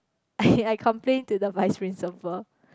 I complain to the vice principal